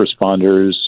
responders